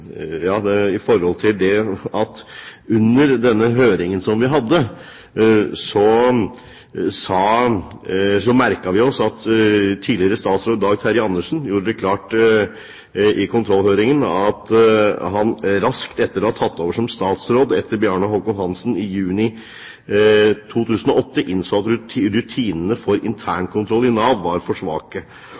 vi hadde, merket vi oss at tidligere statsråd Dag Terje Andersen gjorde det klart at han raskt etter å ha tatt over som statsråd etter Bjarne Håkon Hanssen i juni 2008, innså at rutinene for internkontroll i Nav var for svake.